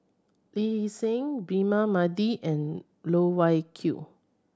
Lee Seng Braema Mathi and Loh Wai Kiew